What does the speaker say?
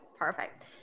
Perfect